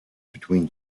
between